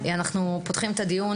אנחנו פותחים את הדיון.